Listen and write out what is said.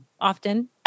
often